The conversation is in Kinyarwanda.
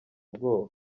ubwoba